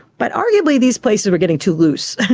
but arguably these places were getting too loose,